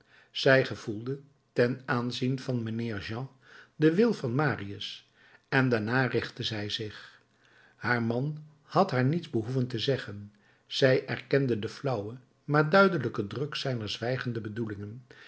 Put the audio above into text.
zij gevoelde ten aanzien van mijnheer jean den wil van marius en daarnaar richtte zij zich haar man had haar niets behoeven te zeggen zij erkende den flauwen maar duidelijken druk zijner zwijgende bedoelingen